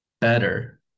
better